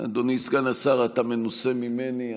אדוני סגן השר, אתה מנוסה ממני.